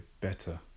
better